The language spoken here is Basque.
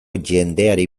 jendeari